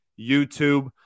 YouTube